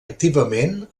activament